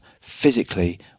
physically